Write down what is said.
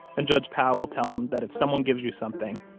and judge pow will tell them that if someone gives you something,